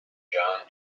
john